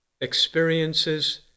experiences